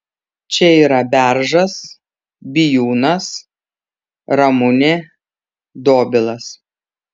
čia yra beržas bijūnas ramunė dobilas